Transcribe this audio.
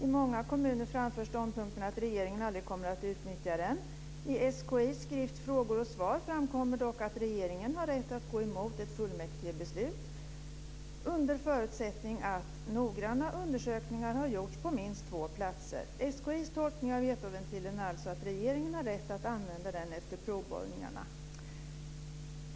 I många kommuner framförs ståndpunkten att regeringen aldrig kommer att utnyttja den. I SKI:s skrift Frågor och svar framkommer dock att regeringen har rätt att gå emot ett fullmäktigebeslut under förutsättning att noggranna undersökningar har gjorts på minst två platser. SKI:s tolkning av vetoventilen är alltså att regeringen har rätt att använda den efter provborrningarna.